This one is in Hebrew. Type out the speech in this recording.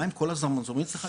המים כל הזמן זורמים אצלך,